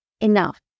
Enough